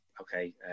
okay